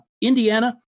indiana